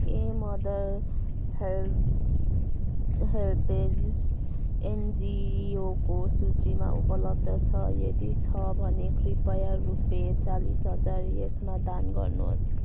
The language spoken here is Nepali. के मदर हेल्प हेल्प्ज एनजीओको सूचीमा उपलब्ध छ यदि छ भने कृपया रुपे चालिस हजार यसमा दान गर्नुहोस्